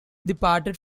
departed